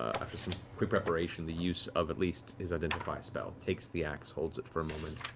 after some quick preparation, the use of at least his identify spell. takes the axe, holds it for a moment,